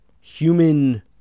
human